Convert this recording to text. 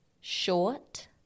short